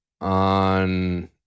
on